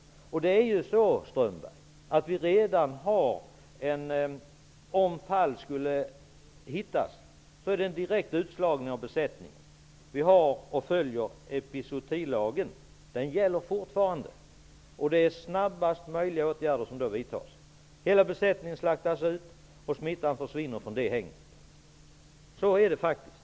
Redan i dag sker en direkt utslagning av en hel besättning när fall hittas. Vi följer den gällande epizootilagen. Åtgärder vidtas då så snabbt som möjligt. Hela besättningen slaktas ut, och smittan försvinner från hägnet. Så är det faktiskt.